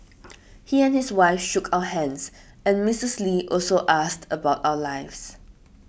he and his wife shook our hands and Mrs Lee also asked us about our lives